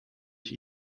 ich